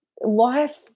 life